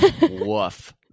Woof